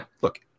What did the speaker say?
look